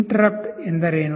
interrupt ಎಂದರೇನು